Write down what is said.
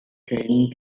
training